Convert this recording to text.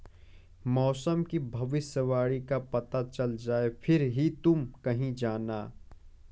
मौसम की भविष्यवाणी का पता चल जाए फिर ही तुम कहीं जाना